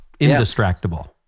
indistractable